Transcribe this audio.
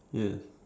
yes